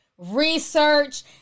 research